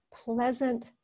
pleasant